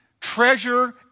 treasure